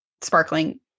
sparkling